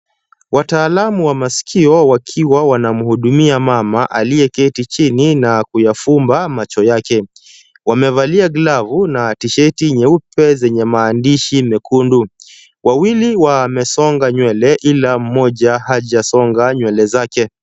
Wataalamu wa masikio wakiwa wanamhudumia mama aliyeketi chini na kuyafumba macho yake. Wamevalia glavu na tsheti nyeupe zenye maandishi mekundu. Wawili wamesonga nywele ila mmoja hajasonga nywele zake.